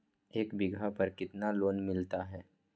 एक बीघा पर कितना लोन मिलता है?